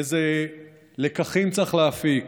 איזה לקחים צריך להפיק,